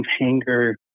Hangar